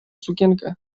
sukienkę